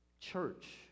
church